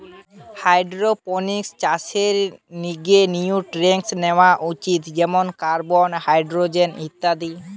hydroponics চাষের লিগে nutrients লেওয়া উচিত যেমন কার্বন, হাইড্রোজেন ইত্যাদি